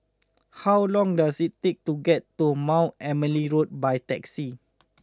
how long does it take to get to Mount Emily Road by taxi